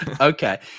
okay